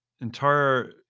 entire